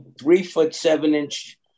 Three-foot-seven-inch